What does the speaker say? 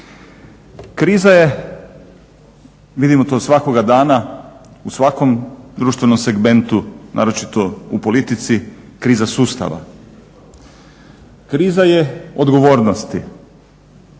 Kriza je odgovornosti,